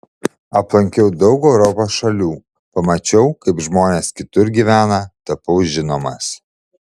aplankiau daug europos šalių pamačiau kaip žmonės kitur gyvena tapau žinomas